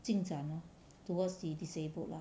进展 lor towards the disabled lah